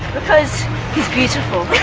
because he's beautiful.